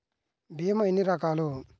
భీమ ఎన్ని రకాలు?